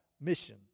mission